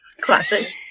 Classic